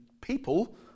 people